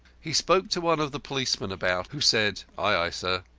he spoke to one of the policemen about, who said, ay, ay, sir,